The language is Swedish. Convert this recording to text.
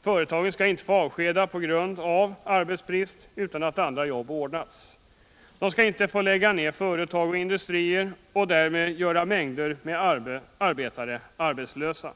Företagen skall inte få avskeda på grund av arbetsbrist utan att andra jobb ordnats. De skall inte få lägga ner företag och industrier och därmed göra mängder av arbetare arbetslösa.